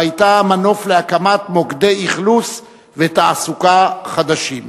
והיתה מנוף להקמת מוקדי אכלוס ותעסוקה חדשים.